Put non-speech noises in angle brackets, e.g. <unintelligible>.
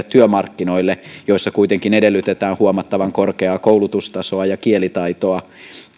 <unintelligible> työmarkkinoille joilla kuitenkin edellytetään huomattavan korkeaa koulutustasoa ja kielitaitoa